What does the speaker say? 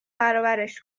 برابرش